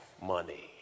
money